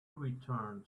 returned